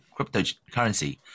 cryptocurrency